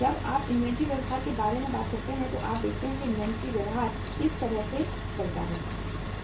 जब आप इन्वेंट्री व्यवहार के बारे में बात करते हैं तो आप देखते हैं कि इन्वेंट्री व्यवहार इस तरह से चलता है